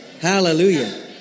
Hallelujah